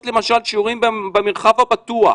למה לא לעשות למשל שיעורים במרחב הפתוח?